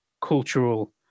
cultural